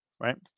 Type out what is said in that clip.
right